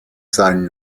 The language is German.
seinen